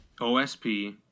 OSP